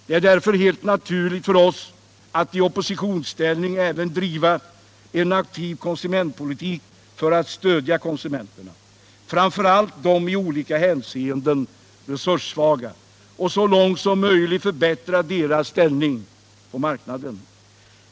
Det är därför helt naturligt för oss att även i oppositionsställning driva en aktiv konsumentpolitik för att stödja konsumenterna, framför allt de i olika hänseenden resurssvaga, och så långt som möjligt förbättra deras ställning på marknaden.